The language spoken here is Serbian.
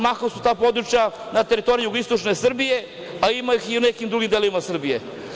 Mahom su ta područja na teritoriji jugoistočne Srbije, a ima ih i u nekim drugim delovima Srbije.